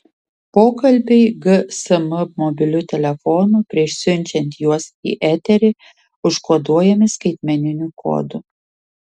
pokalbiai gsm mobiliu telefonu prieš siunčiant juos į eterį užkoduojami skaitmeniniu kodu